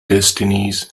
destinies